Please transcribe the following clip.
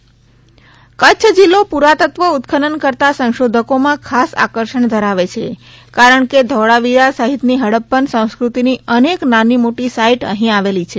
કચ્છ માં ઉત્અનન કચ્છ જિલ્લો પુરાતત્વ ઉત્ખનન કરતાં સંશોધકોમાં ખાસ આકર્ષણ ધરાવે છે કારણ કે ધોળાવીરા સહિતની હડપપન સંસ્કૃતિની અનેક નાની મોટી સાઇટ અહી આવેલી છે